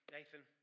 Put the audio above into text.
Nathan